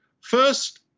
First